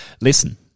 Listen